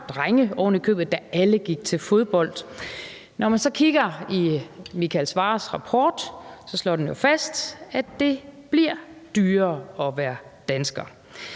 – drenge, ovenikøbet – der alle gik til fodbold. Når man så kigger i Michael Svarers rapport, slår den jo fast, at det bliver dyrere at være dansker.